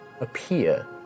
appear